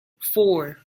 four